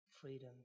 freedom